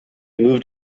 moved